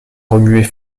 remuer